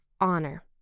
honor